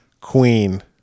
queen